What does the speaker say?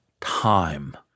time